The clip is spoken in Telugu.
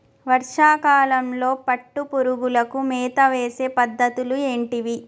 వర్షా కాలంలో పట్టు పురుగులకు మేత వేసే పద్ధతులు ఏంటివి?